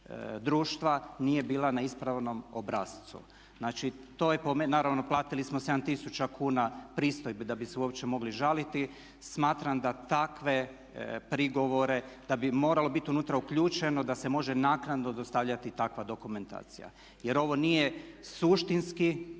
društva nije bila na ispravnom obrascu. Znači to je po meni, naravno platili smo 7 tisuća kuna pristojbe da bi se uopće mogli žaliti, smatram da takve prigovore, da bi moralo biti unutra uključeno da se može naknadno dostavljati takva dokumentacija jer ovo nije suštinski